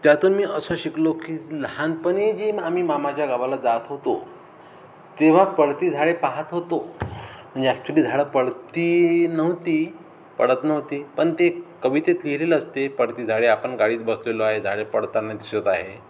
त्यातून मी असं शिकलो की लहानपणी जी आम्ही मामाच्या गावाला जात होतो तेव्हा पळती झाडे पाहात होतो म्हणजे ॲक्च्युली झाडं पळती नव्हती पळत नव्हती पण ते कवितेत लिहिलेलं असते पळती झाडे आपण गाडीत बसलेलो आहे झाडे पळताना दिसत आहे